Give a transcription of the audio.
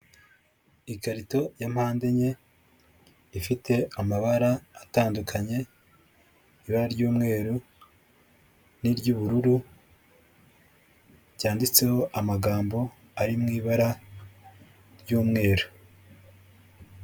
Ikarito ya mpande enye ifite amabara atandukanye, ibara ry'umweru n'iry'ubururu, byanditseho amagambo ari mu ibara ry'umweru.